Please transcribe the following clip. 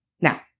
Now